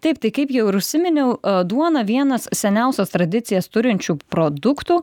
taip tai kaip jau ir užsiminiau duona vienas seniausias tradicijas turinčių produktų